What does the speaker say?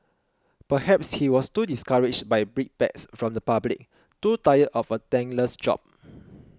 perhaps he was too discouraged by brickbats from the public too tired of a thankless job